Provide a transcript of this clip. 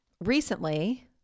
Recently